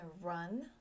run